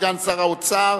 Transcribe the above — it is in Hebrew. סגן שר האוצר,